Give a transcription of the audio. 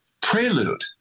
prelude